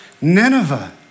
Nineveh